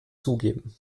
zugeben